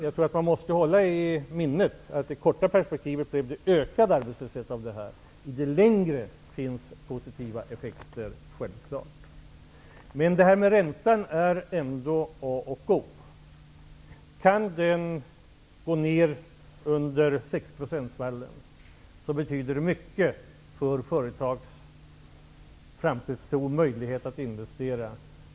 Jag tror att man måste hålla i minnet att i det korta perspektivet leder det här till ökad arbetslöshet, men i det längre perspektivet får man självfallet positiva effekter. Räntan är ändock a och o. Kan den gå ner under 6 % betyder det mycket för företagens framtidstro och möjligheter att investera.